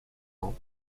ans